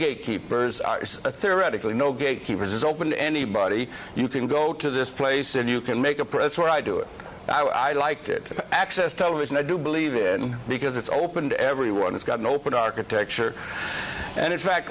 gatekeepers theoretically no gatekeepers is open to anybody you can go to this place and you can make a press where i do it i liked it access television i do believe in because it's open to everyone it's got an open architecture and in fact